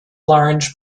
large